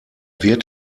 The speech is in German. wird